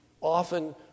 often